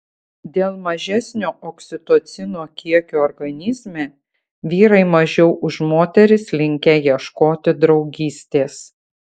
dėl mažesnio oksitocino kiekio organizme vyrai mažiau už moteris linkę ieškoti draugystės